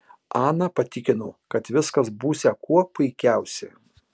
ana patikino kad viskas būsią kuo puikiausiai